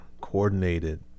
coordinated